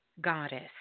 goddess